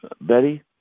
Betty